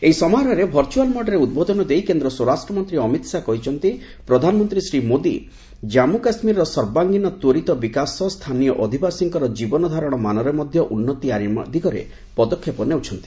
ଏହି ସମାରୋହରେ ଭର୍ଚୁଆଲ୍ ମୋଡ୍ରେ ଉଦ୍ବୋଧନ ଦେଇ କେନ୍ଦ୍ର ସ୍ୱରାଷ୍ଟ୍ର ମନ୍ତ୍ରୀ ଅମିତ ଶାହା କହିଛନ୍ତି ପ୍ରଧାନମନ୍ତ୍ରୀ ଶ୍ରୀ ମୋଦୀ ଜାଞ୍ଖୁ କାଶ୍ମୀରର ସର୍ବାଙ୍ଗୀନ ତ୍ୱରିତ ବିକାଶ ସହ ସ୍ଥାନୀୟ ଅଧିବାସୀଙ୍କର ଜୀବନଧାରଣ ମାନରେ ମଧ୍ୟ ଉନ୍ନତି ଆଣିବା ଦିଗରେ ପଦକ୍ଷେପ ନେଉଛନ୍ତି